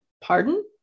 Pardon